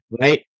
Right